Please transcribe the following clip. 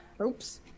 Oops